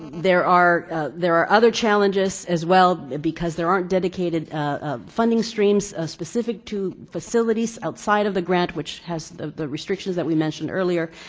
there are there are other challenges as well because there aren't dedicated ah funding streams specific to facilities outside of the grant which has restrictions that we mentioned earlier.